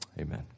Amen